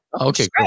Okay